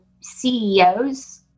CEOs